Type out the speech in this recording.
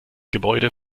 gebäude